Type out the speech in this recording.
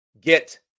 get